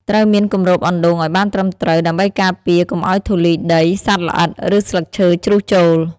ត្រូវមានគម្របអណ្ដូងឲ្យបានត្រឹមត្រូវដើម្បីការពារកុំឲ្យធូលីដី សត្វល្អិត ឬស្លឹកឈើជ្រុះចូល។